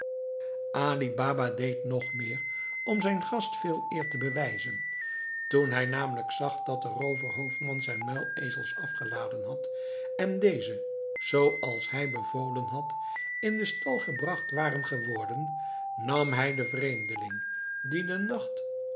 baba deed nog meer om zijn gast veel eer te bewijzen toen hij namelijk zag dat de rooverhoofdman zijn muilezels afgeladen had en deze zooals hij bevolen had in den stal gebracht waren geworden nam hij den vreemdeling die den nacht